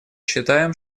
считаем